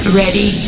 ready